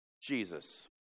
Jesus